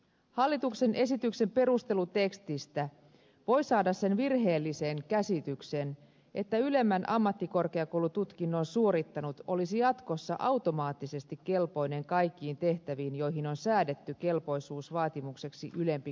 hallituksen esityksen perustelutekstistä voi saada sen virheellisen käsityksen että ylemmän ammattikorkeakoulututkinnon suorittanut olisi jatkossa automaattisesti kelpoinen kaikkiin tehtäviin joihin on säädetty kelpoisuusvaatimukseksi ylempi korkeakoulututkinto